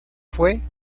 fue